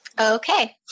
Okay